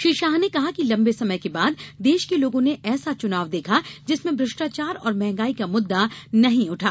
श्री शाह ने कहा कि लंबे समय के बाद देश के लोगों ने ऐसा चुनाव देखा जिसमें भ्रष्टाचार और महंगाई का मुद्दा नहीं उठा